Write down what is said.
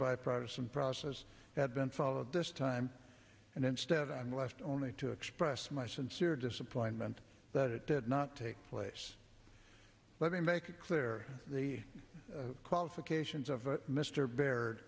bipartisan process had been followed this time and instead i'm left only to express my sincere disappointment that it did not take place let me make it clear the qualifications of mr baird